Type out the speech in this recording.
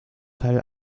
teil